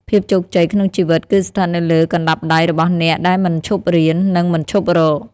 ភាពជោគជ័យក្នុងជីវិតគឺស្ថិតនៅលើកណ្តាប់ដៃរបស់អ្នកដែលមិនឈប់រៀន និងមិនឈប់រក។